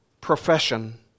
profession